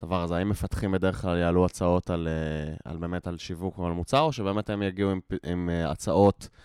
אז האם מפתחים בדרך כלל יעלו הצעות באמת על שיווק ועל מוצר או שבאמת הם יגיעו עם הצעות?